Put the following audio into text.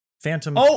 Phantom